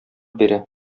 бирә